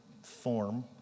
form